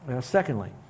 Secondly